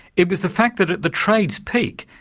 it was the fact that at the trade's peak,